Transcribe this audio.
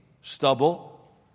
stubble